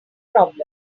problem